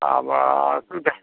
आब